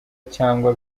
cyangwa